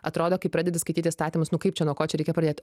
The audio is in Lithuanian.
atrodo kai pradedi skaityti įstatymus nu kaip čia nuo ko čia reikia pradėti